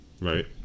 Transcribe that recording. Right